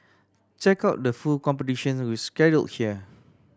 check out the full competition schedule here